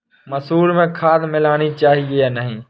मसूर में खाद मिलनी चाहिए या नहीं?